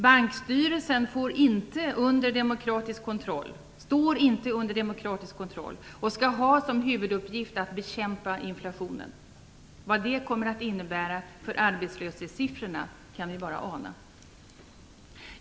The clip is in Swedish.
Bankstyrelsen står inte under demokratisk kontroll och skall ha som huvuduppgift att bekämpa inflationen. Vad det kommer att innebära för arbetslöshetssiffrorna kan vi bara ana.